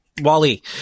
Wally